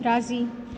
राज़ी